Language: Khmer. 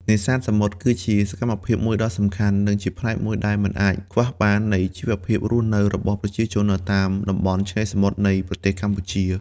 នេសាទសមុទ្រគឺជាសកម្មភាពមួយដ៏សំខាន់ និងជាផ្នែកដែលមិនអាចខ្វះបាននៃជីវភាពរស់នៅរបស់ប្រជាជននៅតាមតំបន់ឆ្នេរសមុទ្រនៃប្រទេសកម្ពុជា។